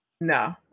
No